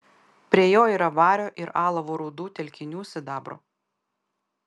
prie jo yra vario ir alavo rūdų telkinių sidabro